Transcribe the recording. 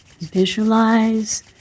Visualize